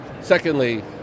Secondly